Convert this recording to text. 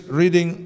reading